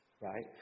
Right